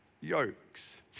Yokes